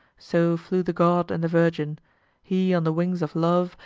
so flew the god and the virgin he on the wings of love,